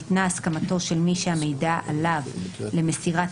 ניתנה הסכמתו של מי שהמידע עליו למסירת